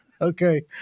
Okay